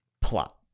plot